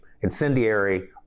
incendiary